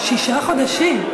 שישה חודשים?